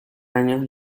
años